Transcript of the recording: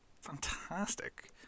fantastic